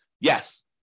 Yes